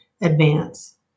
advance